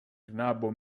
knabo